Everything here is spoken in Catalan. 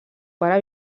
pare